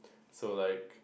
so like